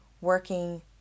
working